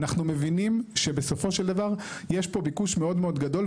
אנחנו מבינים שבסופו של דבר יש פה ביקוש מאוד מאוד גדול,